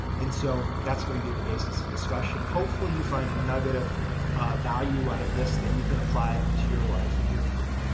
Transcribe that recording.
and so, that's going to be the basis of discussion and hopefully, you find a negative value out of this that you can apply to your life and your career.